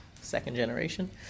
second-generation